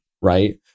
right